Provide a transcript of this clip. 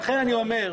ולכן אני אומר,